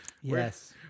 Yes